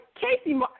Casey